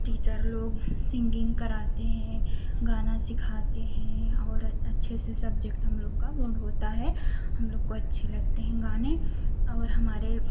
teacher लोग singing कराते हैं गाना सिखाते हैं और अच्छे से सब्जेक्ट हम लोग का बुन होता है हम लोग को अच्छे लगते हैं गाने और हमारे